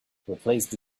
replace